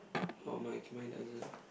oh mine mine doesn't